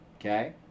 Okay